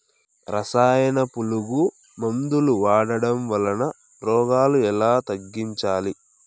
రసాయన పులుగు మందులు వాడడం వలన రోగాలు ఎలా తగ్గించాలి?